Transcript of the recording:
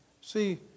see